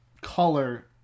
color